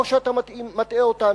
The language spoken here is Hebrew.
או שאתה מטעה אותנו,